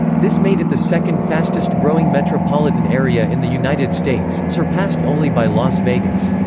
this made it the second-fastest-growing metropolitan area in the united states, surpassed only by las vegas.